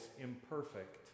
imperfect